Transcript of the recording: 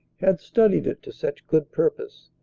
had studied it to such good purpose,